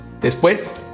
Después